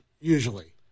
usually